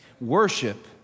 Worship